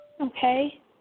Okay